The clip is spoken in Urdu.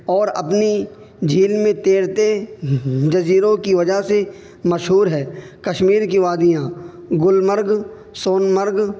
اور اپنی جھیل میں تیرتے جزیروں کی وجہ سے مشہور ہے کشمیر کی وادیاں گلمرگ سونمرگ